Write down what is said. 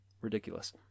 ridiculous